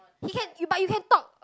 he can but you can talk